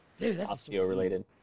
osteo-related